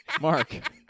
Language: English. Mark